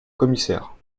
commissaire